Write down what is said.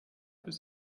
bis